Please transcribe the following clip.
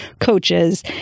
coaches